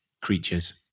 creatures